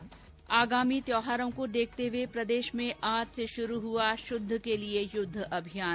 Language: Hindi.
्र आगामी त्यौहारों को देखते हुए प्रदेश में आज से शुरू हुआ शुद्ध के लिये युद्ध अभियान